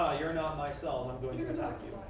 ah you're not my cell. i'm going